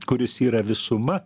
kuris yra visuma